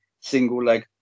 single-leg